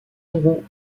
moraux